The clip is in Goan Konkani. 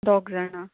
दोग जाणा